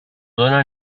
dóna